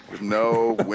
no